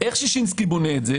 איך ששינסקי בונה את זה